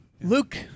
Luke